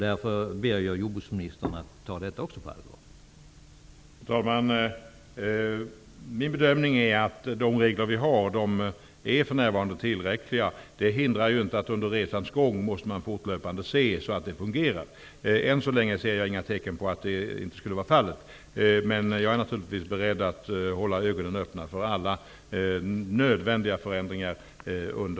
Därför ber jag jordbruksministern att ta också denna fråga på allvar.